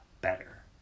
better